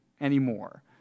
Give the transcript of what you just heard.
anymore